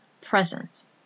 presence